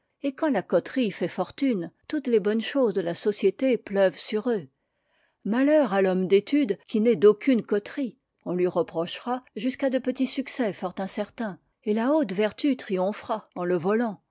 et quand la coterie fait fortune toutes les bonnes choses de la société pleuvent sur eux malheur à l'homme d'étude qui n'est d'aucune coterie on lui reprochera jusqu'à de petits succès fort incertains et la haute vertu triomphera en le volant